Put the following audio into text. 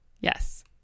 Yes